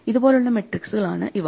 ഇതുപോലുള്ള മെട്രിക്സുകളാണ് ഇവ